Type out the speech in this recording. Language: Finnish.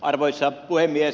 arvoisa puhemies